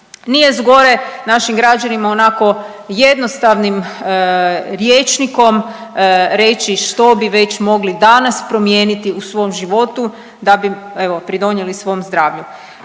Nije zgoreg našim građanima onako jednostavnim rječnikom reći što bi već mogli danas promijeniti u svom životu da bi evo pridonijeli svom zdravlju,